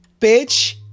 Bitch